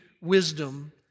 wisdom